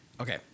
Okay